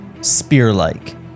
spear-like